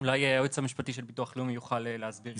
אולי היועץ המשפטי של ביטוח לאומי יוכל להסביר את זה.